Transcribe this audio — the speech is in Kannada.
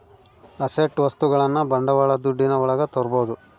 ಅಸೆಟ್ ವಸ್ತುಗಳನ್ನ ಬಂಡವಾಳ ದುಡ್ಡಿನ ಒಳಗ ತರ್ಬೋದು